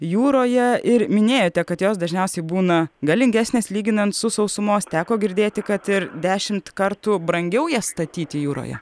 jūroje ir minėjote kad jos dažniausiai būna galingesnės lyginant su sausumos teko girdėti kad ir dešimt kartų brangiau jas statyti jūroje